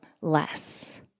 less